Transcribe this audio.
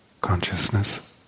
consciousness